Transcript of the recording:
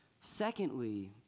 Secondly